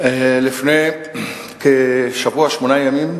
לפני כשבוע, שמונה ימים,